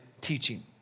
teaching